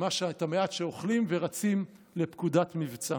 את המעט שאוכלים, ורצים לפקודת מבצע.